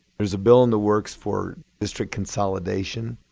there is a bill in the works for district consolidation.